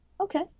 Okay